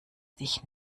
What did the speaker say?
dich